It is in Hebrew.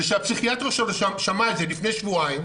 וכשהפסיכיאטר שלו שמע את זה לפני שבועיים,